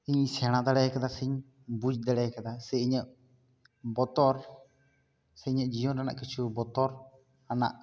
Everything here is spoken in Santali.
ᱤᱧ ᱥᱮᱬᱟ ᱫᱟᱲᱮ ᱠᱟᱫᱟᱧ ᱥᱮᱧ ᱵᱩᱡᱽ ᱫᱟᱲᱮ ᱠᱟᱫᱟ ᱥᱮ ᱤᱧᱟᱹᱜ ᱵᱚᱛᱚᱨ ᱥᱮ ᱤᱧᱟᱹᱜ ᱡᱤᱭᱚᱱ ᱨᱮᱱᱟᱜ ᱠᱤᱪᱷᱩ ᱵᱚᱛᱚᱨ ᱦᱟᱱᱟᱜ